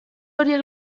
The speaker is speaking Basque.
horiek